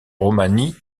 romani